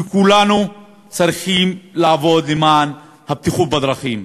כי כולנו צריכים לעבוד למען הבטיחות בדרכים.